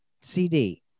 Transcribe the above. cd